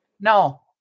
No